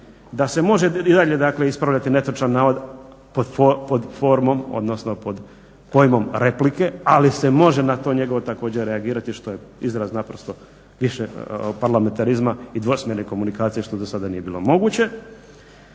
i dalje ispravljati netočan navod pod formom odnosno pod pojmom replike ali se može na to njegovo također reagirati što je izraz naprosto višeg parlamentarizma i dvosmjerne komunikacije što do sada nije bilo moguće.